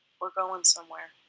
we're going somewhere.